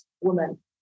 woman